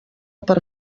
per